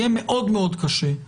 יהיה מאוד מאוד קשה,